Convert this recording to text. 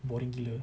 boring gila